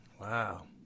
Wow